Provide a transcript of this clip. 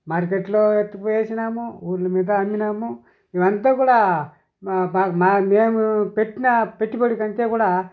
మార్కెట్లో ఎత్తుకుపోయి వేసినాము ఊర్లు మీద అమ్మినాము ఇవంతా కూడా మాకు మేము పెట్టిన పెట్టుబడి కంటే కూడా